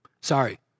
Sorry